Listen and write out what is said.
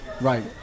Right